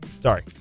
Sorry